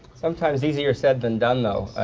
sometimes easier said than done, though.